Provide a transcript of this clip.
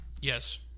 Yes